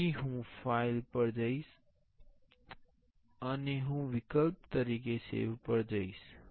તેથી હું ફાઇલ પર જઈશ અને હું વિકલ્પ તરીકે સેવ પર જઈશ